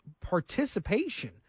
participation